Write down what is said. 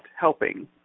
helping